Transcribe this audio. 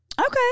Okay